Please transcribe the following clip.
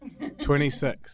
26